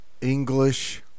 English